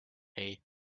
hei